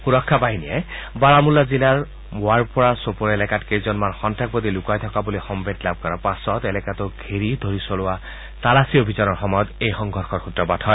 সুৰক্ষা বাহিনীয়ে বাৰামুল্লা জিলাৰ ৱাৰপ'ৰা ছপ'ৰ এলেকাত কেইজনমান সন্তাসবাদী লুকাই থকা বুলি সম্ভেদ লাভ কৰাৰ পাছত এলেকাটো ঘেৰি ধৰি চলোৱা তালাচী অভিযানৰ সময়ত এই সংঘৰ্ষৰ সূত্ৰপাত হয়